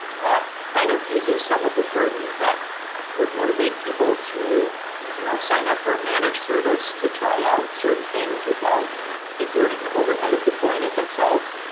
that kind of eases some of the burden that would motivate people to you know sign up for a managed service to try out certain things without exerting the overhead of deploying it themselves.